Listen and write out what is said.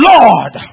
Lord